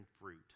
fruit